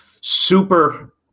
super